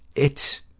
it's,